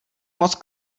moc